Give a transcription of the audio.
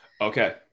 Okay